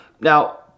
Now